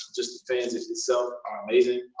just the fans itself, are amazing,